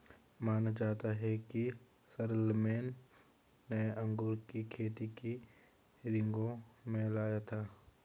माना जाता है कि शारलेमेन ने अंगूर की खेती को रिंगौ में लाया था